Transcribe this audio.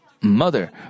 mother